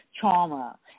trauma